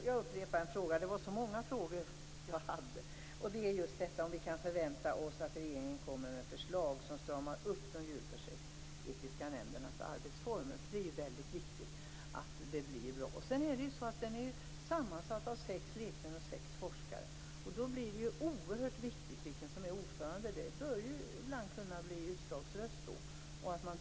Fru talman! Av Marianne Samuelssons inlägg gick det tyvärr inte riktigt att bilda sig en uppfattning om vad hon tyckte att jag bör ha en åsikt om, men om Marianne Samuelsson menar att jag skall ta ställning i frågan om forskare över huvud taget skall vara med om att bedöma behovet av djurförsök, vill jag säga att det är min uppfattning att det behövs också forskare i den bedömningen. Jag menar inte att man kan bygga upp en djurförsöksetisk prövning utan att forskare deltar.